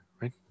Right